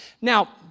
Now